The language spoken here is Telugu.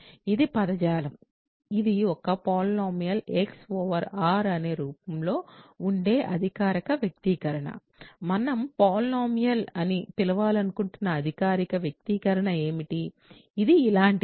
ఇది పదజాలం ఇది ఒక పాలినామియల్ x ఓవర్ R అనే రూపంలో ఉండే అధికారిక వ్యక్తీకరణ మనం పాలినామియల్ అని పిలవాలనుకుంటున్న అధికారిక వ్యక్తీకరణ ఏమిటి ఇది ఇలాంటిదే